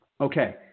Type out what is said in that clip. Okay